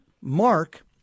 Mark